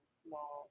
small